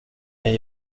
jag